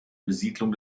besiedlung